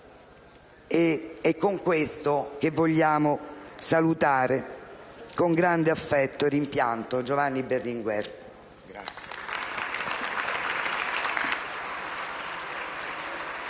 È con questo che vogliamo salutare con grande affetto e rimpianto Giovanni Berlinguer.